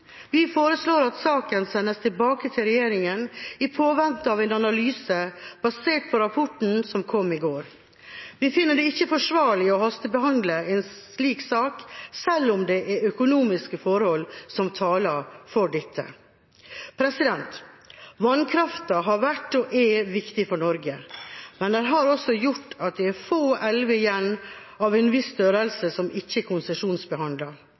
Vi foreslår at saken sendes tilbake til regjeringa, i påvente av en analyse basert på rapporten som kom i går. Vi finner det ikke forsvarlig å hastebehandle en slik sak, selv om det er økonomiske forhold som taler for dette. Vannkrafta har vært og er viktig for Norge, men den har også gjort at det er få elver igjen av en viss størrelse som ikke er